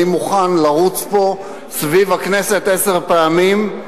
אני מוכן לרוץ פה סביב הכנסת עשר פעמים.